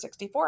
64